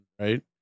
right